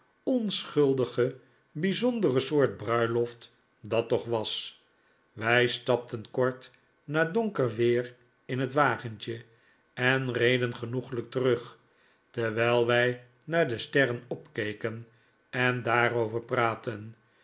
onschuldige bijzondere soort bruiloft dat toch was wij stapten kort na donker weer in net wagentje en reden genoeglijk terug terwijl wij naar de sterren opkeken en daarover praatten